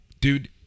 Dude